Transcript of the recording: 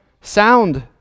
sound